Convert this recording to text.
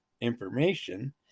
information